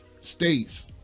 states